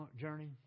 journey